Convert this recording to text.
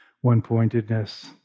One-pointedness